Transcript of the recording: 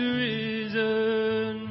risen